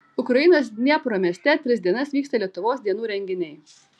ukrainos dniepro mieste tris dienas vyksta lietuvos dienų renginiai